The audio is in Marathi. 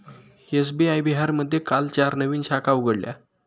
एस.बी.आय बिहारमध्ये काल चार नवीन शाखा उघडल्या